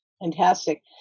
Fantastic